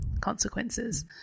consequences